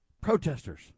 protesters